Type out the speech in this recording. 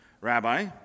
Rabbi